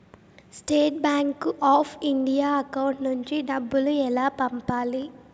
State bank of India account నుంచి డబ్బులు ఎలా పంపాలి?